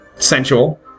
Sensual